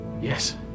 Yes